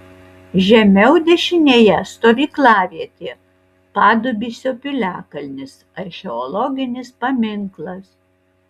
žemiau dešinėje stovyklavietė padubysio piliakalnis archeologinis paminklas